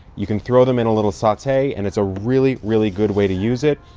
you can throw them in a little saute and it's a really, really good way to use it.